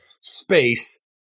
space